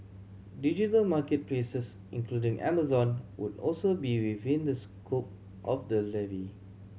digital market places including Amazon would also be within the scope of the levy